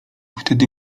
wtedy